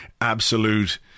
absolute